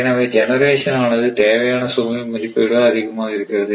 எனவே ஜெனரேஷன் ஆனது தேவையான சுமை மதிப்பைவிட அதிகமாக இருக்கிறது